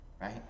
right